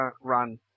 run